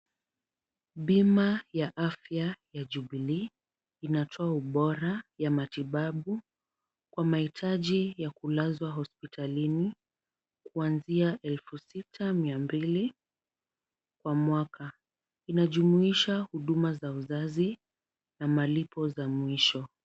Bima ya afya ya jubilee. Inatoa ubora ya matibabu kwa mahitaji ya kulazwa hospitalini kuanzia elfu sita mia mbili kwa mwaka. Inajumuisha huduma za uzazi na malipo za mwisho.